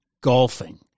golfing